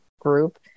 group